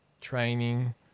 training